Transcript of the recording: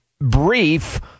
brief